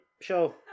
show